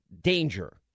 danger